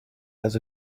has